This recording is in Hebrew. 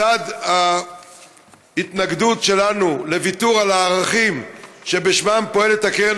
בצד ההתנגדות שלנו לוויתור על הערכים שבשמם פועלים הקרן